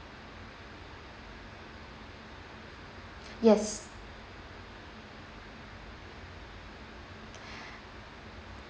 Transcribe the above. yes